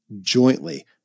jointly